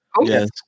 Yes